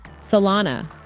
Solana